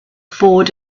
forward